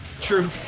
True